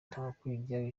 ntawukuriryayo